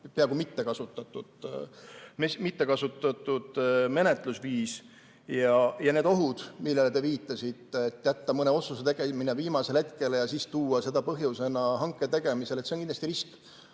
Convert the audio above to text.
peaaegu mitte kasutatud menetlusviis. Need ohud, millele te viitasite, et jätta mõne otsuse tegemine viimasele hetkele ja siis tuua seda põhjusena hanke tegemisel, see on kindlasti risk.